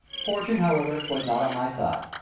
fortune, however, was not on my side.